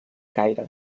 caire